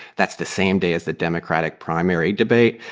that's the same day as the democratic primary debate.